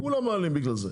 כולם מעלים בגלל זה.